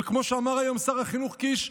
וכמו שאמר היום שר החינוך קיש,